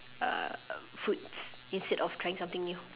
uh foods instead of trying something new